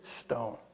stone